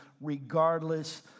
regardless